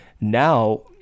now